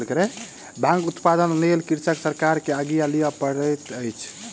भांगक उत्पादनक लेल कृषक सरकार सॅ आज्ञा लिअ पड़ैत अछि